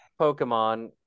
Pokemon